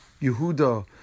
Yehuda